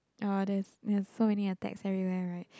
uh there's there's so many attacks everywhere right